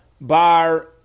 Bar